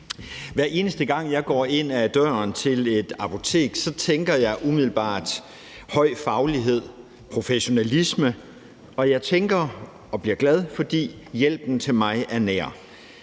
Hver eneste gang jeg går ind ad døren til et apotek, tænker jeg umiddelbart: høj faglighed og professionalisme. Og jeg bliver glad, fordi hjælpen til mig er nær.